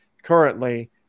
currently